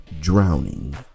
drowning